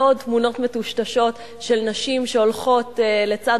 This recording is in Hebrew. לא עוד תמונות מטושטשות של נשים שהולכות לצד